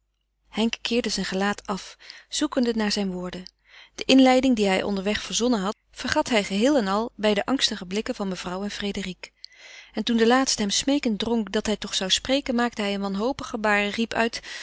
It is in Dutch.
henk keerde zijn gelaat af zoekende naar zijn woorden de inleiding die hij onderweg verzonnen had vergat hij geheel en al bij de angstige blikken van mevrouw en frédérique en toen de laatste hem smeekend drong dat hij toch zou spreken maakte hij een wanhopig gebaar en riep uit